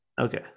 okay